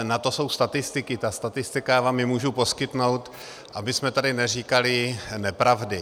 Na to jsou statistiky, ta statistika, já vám ji můžu poskytnout, abychom tady neříkali nepravdy.